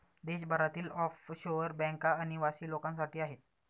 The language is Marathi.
देशभरातील ऑफशोअर बँका अनिवासी लोकांसाठी आहेत